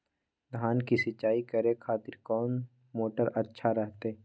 धान की सिंचाई करे खातिर कौन मोटर अच्छा रहतय?